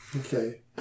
Okay